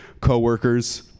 coworkers